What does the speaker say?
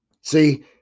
See